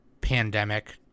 pandemic